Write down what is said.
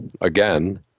again